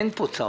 אין פה צו.